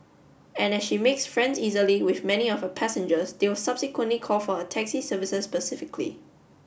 and as she makes friends easily with many of her passengers they will subsequently call for her taxi services specifically